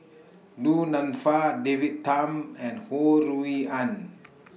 Du Nanfa David Tham and Ho Rui An